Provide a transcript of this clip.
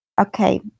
Okay